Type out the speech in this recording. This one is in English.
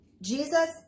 Jesus